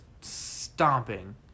stomping